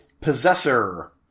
Possessor